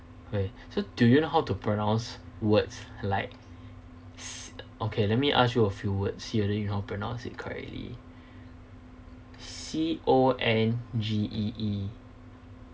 wait so do you know how to pronounce words like s~ okay let me ask you a few words here then you pronounce it correctly C O N G E E